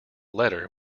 letter